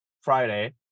Friday